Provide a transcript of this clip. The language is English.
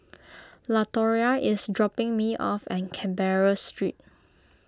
Latoria is dropping me off at Canberra Street